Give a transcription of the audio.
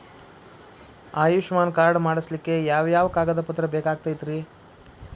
Ayushman card ಮಾಡ್ಸ್ಲಿಕ್ಕೆ ಯಾವ ಯಾವ ಕಾಗದ ಪತ್ರ ಬೇಕಾಗತೈತ್ರಿ?